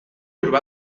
urbà